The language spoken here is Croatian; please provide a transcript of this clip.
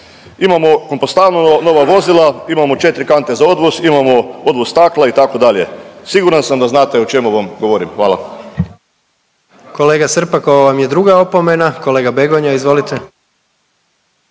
Imamo kompostanu, nova vozila, imamo 4 kante za odvoz, imamo odvoz stakla itd., siguran sam da znate o čemu vam govorim, hvala.